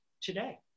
today